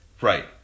Right